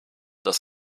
das